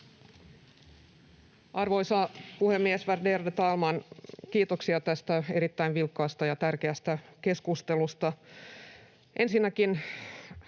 Arvoisa puhemies, värderade talman! Kiitoksia tästä erittäin vilkkaasta ja tärkeästä keskustelusta.